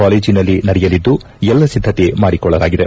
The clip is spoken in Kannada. ಕಾಲೇಜಿನಲ್ಲಿ ನಡೆಯಲಿದ್ದು ಎಲ್ಲ ಸಿದ್ದತೆ ಮಾಡಿಕೊಳ್ಳಲಾಗಿದೆ